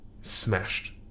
smashed